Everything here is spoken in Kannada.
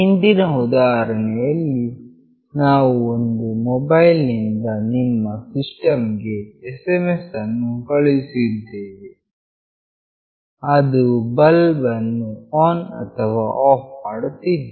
ಹಿಂದಿನ ಉದಾಹರಣೆಯಲ್ಲಿ ನಾವು ಒಂದು ಮೊಬೈಲ್ ನಿಂದ ನಿಮ್ಮ ಸಿಸ್ಟಮ್ ಗೆ SMS ಅನ್ನು ಕಳುಹಿಸಿದ್ದೇವೆ ಅದು ಬಲ್ಬ್ ಅನ್ನು ಆನ್ ಅಥವಾ ಆಫ್ ಮಾಡುತ್ತಿತ್ತು